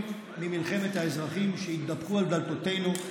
ממלחמת האזרחים שהידפקו על דלתותינו,